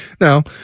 Now